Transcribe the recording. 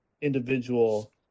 individual